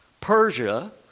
Persia